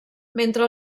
mentre